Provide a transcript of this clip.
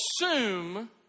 assume